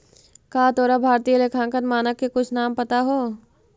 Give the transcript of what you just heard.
का तोरा भारतीय लेखांकन मानक के कुछ नाम पता हो?